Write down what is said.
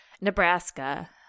Nebraska